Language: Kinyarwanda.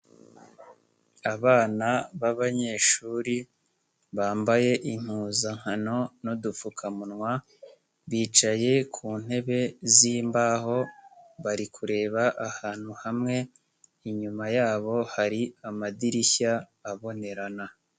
Abana b'abanyeshuri bambaye impuzankano n'udupfukamunwa, bicaye ku ntebe z'imbaho, bari kureba ahantu hamwe, inyuma yabo hari amadirishya abonerana.